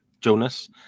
Jonas